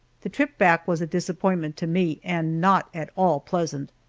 the trip back was a disappointment to me and not at all pleasant.